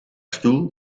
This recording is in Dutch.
stoel